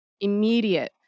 immediate